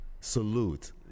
salute